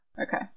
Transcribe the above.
okay